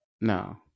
no